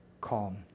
calm